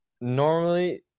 normally